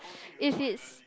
if it's